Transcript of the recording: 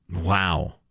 Wow